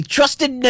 Trusted